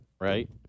Right